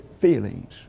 feelings